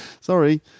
Sorry